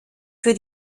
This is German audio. für